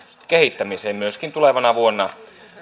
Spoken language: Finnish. kehittämiseen myöskin tulevana vuonna